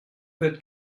wird